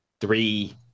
three